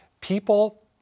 people